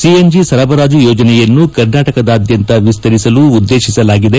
CNG ಸರಬರಾಜು ಯೋಜನೆಯನ್ನು ಕರ್ನಾಟಕದಾದ್ಯಂತ ವಿಸ್ತರಿಸಲು ಉದ್ದೇಶಿಸಲಾಗಿದೆ